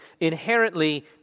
inherently